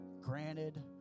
granted